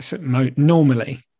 Normally